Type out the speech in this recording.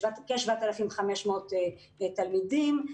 כ-7,500 תלמידים.